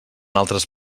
altres